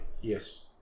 Yes